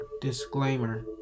Disclaimer